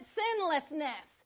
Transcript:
sinlessness